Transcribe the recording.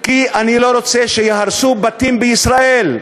כי אני לא רוצה שייהרסו בתים בישראל.